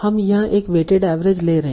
हम यहाँ एक वेटेड एवरेज ले रहे हैं